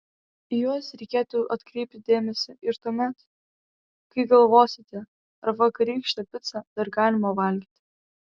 į juos reikėtų atkreipti dėmesį ir tuomet kai galvosite ar vakarykštę picą dar galima valgyti